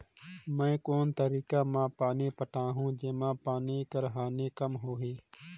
मैं कोन तरीका म पानी पटाहूं जेमा पानी कर हानि कम होही?